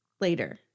later